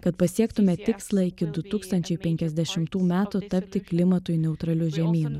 kad pasiektume tikslą iki du tūkstančiai penkiasdešimtų metų tapti klimatui neutraliu žemynu